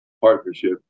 partnership